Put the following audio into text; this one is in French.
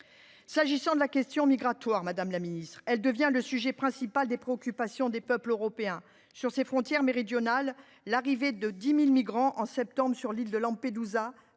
S’agissant de la question migratoire, madame la secrétaire d’État, elle devient le principal sujet de préoccupation des peuples européens. Sur nos frontières méridionales, l’arrivée de 10 000 migrants au mois de septembre sur l’île de Lampedusa,